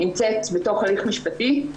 בהליך משפטי.